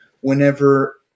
whenever